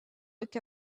look